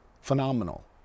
phenomenal